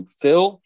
fill